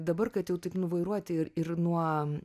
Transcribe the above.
dabar kad jau taip nuvairuoti ir ir nuo